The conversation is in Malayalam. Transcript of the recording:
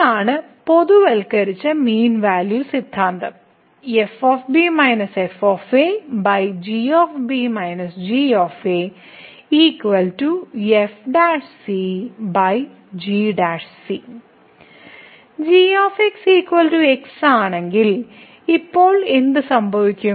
ഇതാണ് പൊതുവൽക്കരിച്ച മീൻ വാല്യൂ സിദ്ധാന്തം g x ആണെങ്കിൽ ഇപ്പോൾ എന്ത് സംഭവിക്കും